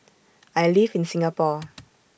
I live in Singapore